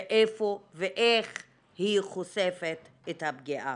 איפה ואיך היא חושפת את הפגיעה.